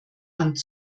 hand